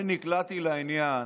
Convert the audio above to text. אני נקלעתי לעניין